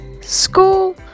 school